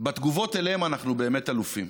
בתגובות אליהם אנחנו באמת אלופים.